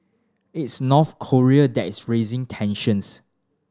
it's North Korea that is raising tensions